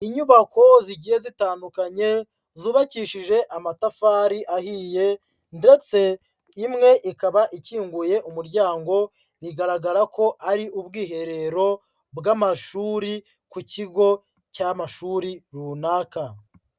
Inyubako zigiye zitandukanye zubakishije amatafari ahiye ndetse imwe ikaba ikinguye umuryango, bigaragara ko ari ubwiherero bw'amashuri ku kigo cy'amashuri runaka.